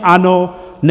Ano ne.